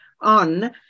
on